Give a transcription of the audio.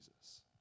Jesus